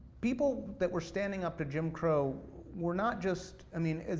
people that were standing up to jim crow were not just, i mean,